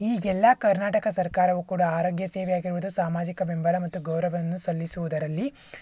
ಈಗೆಲ್ಲ ಕರ್ನಾಟಕ ಸರ್ಕಾರವು ಕೂಡ ಆರೋಗ್ಯ ಸೇವೆ ಆಗಿರ್ಬೋದು ಸಾಮಾಜಿಕ ಬೆಂಬಲ ಮತ್ತು ಗೌರವವನ್ನು ಸಲ್ಲಿಸುವುದರಲ್ಲಿ